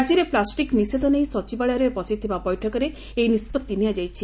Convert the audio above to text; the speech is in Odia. ରାଜ୍ୟରେ ପ୍ଲାଷ୍ଟିକ୍ ନିଷେଧ ନେଇ ସଚିବାଳୟରେ ବସିଥିବା ବୈଠକରେ ଏହି ନିଷ୍ବଭି ନିଆଯାଇଛି